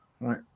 right